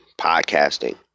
podcasting